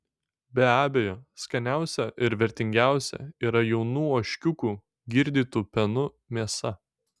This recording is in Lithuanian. be abejo skaniausia ir vertingiausia yra jaunų ožkiukų girdytų pienu mėsa